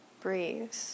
Breathe